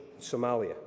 Somalia